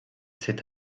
cet